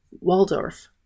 Waldorf